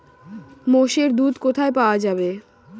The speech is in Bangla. মোষের দুধ কোথায় পাওয়া যাবে?